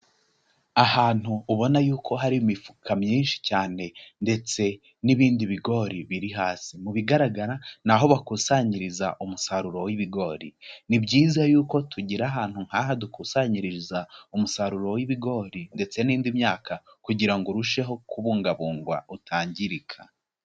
Ahantu ubona yuko hari imifuka myinshi cyane ndetse n'ibindi bigori biri hasi, mu bigaragara ni aho bakusanyiriza umusaruro w'ibigori, ni byiza yuko tugira ahantu nk'aha dukusanyiriza umusaruro w'ibigori, ndetse n'indi myaka kugira ngo urusheho kubungabungwa utangirika.